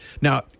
Now